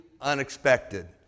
unexpected